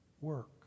work